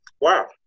Wow